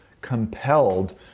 compelled